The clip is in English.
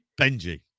Benji